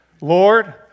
Lord